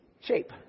shape